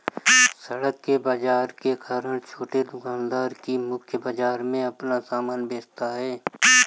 सड़क के बाजार के कारण छोटे दुकानदार भी मुख्य बाजार में अपना सामान बेचता है